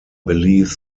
believes